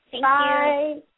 Bye